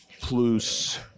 plus